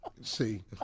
See